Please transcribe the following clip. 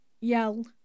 yell